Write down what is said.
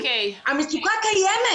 המצוקה קיימת.